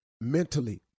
mentally